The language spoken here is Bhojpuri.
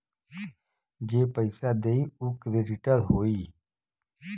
जे पइसा देई उ क्रेडिटर होई